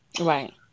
right